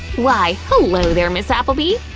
why, hello there, ms. applebee!